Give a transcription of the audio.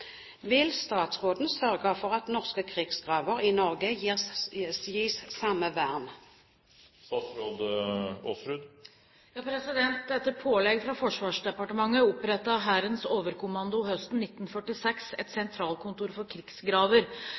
Vil statsråden sørge for at norske krigsgraver i Norge gis samme vern?» Etter pålegg fra Forsvarsdepartementet opprettet Hærens overkommando høsten 1946 Sentralkontor for krigsgraver.